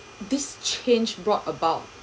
this change brought about